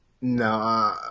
No